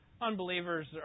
unbelievers